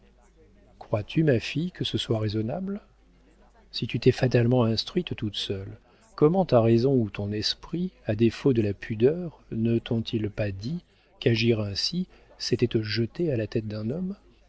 crois-tu ma fille que ce soit raisonnable si tu t'es fatalement instruite toute seule comment ta raison ou ton esprit à défaut de la pudeur ne tont ils pas dit qu'agir ainsi c'était te jeter à la tête d'un homme